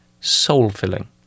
soul-filling